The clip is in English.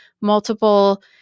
multiple